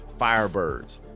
firebirds